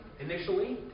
initially